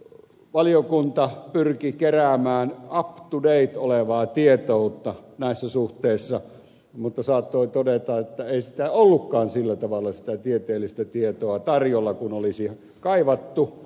valiokunta pyrki keräämään up to date olevaa tietoutta näissä suhteissa mutta saattoi todeta että ei sitä tieteellistä tietoa ollutkaan sillä tavalla tarjolla kuin olisi kaivattu